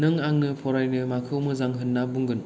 नों आंनो फरायनो माखौ मोजां होन्ना बुंगोन